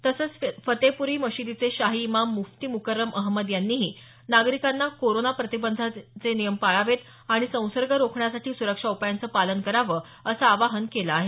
तसंच फतेहप्री मशिदीचे शाही इमाम मुफ्ती मुकर्रम अहमद यांनीही नागरिकांना कोरोना प्रतिबंधाचे नियम पाळावेत आणि संसर्ग रोखण्यासाठी सुरक्षा उपायांचं पालन करावं असं आवाहन केलं आहे